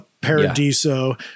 paradiso